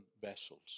vessels